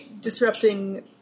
disrupting